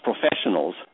professionals